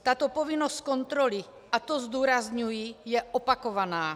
Tato povinnost kontroly a to zdůrazňuji je opakovaná.